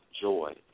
joy